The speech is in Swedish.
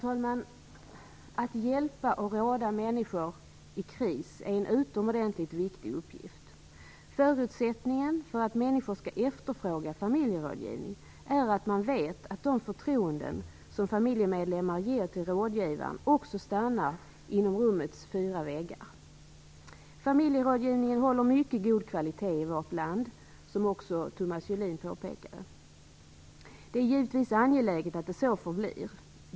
Herr talman! Att hjälpa och råda människor i kris är en utomordentligt viktig uppgift. Förutsättningen för att människor skall efterfråga familjerådgivning är att man vet att de förtroenden som familjemedlemmar ger till rådgivaren också stannar inom rummets fyra väggar. Familjerådgivningen håller mycket god kvalitet i vårt land, vilket också Thomas Julin påpekade. Det är givetvis angeläget att det så förblir.